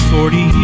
Forty